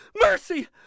Mercy